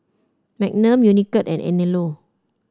Magnum Unicurd and Anello